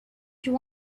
you